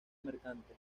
mercante